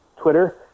Twitter